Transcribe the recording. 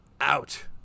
out